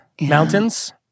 Mountains